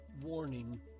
warning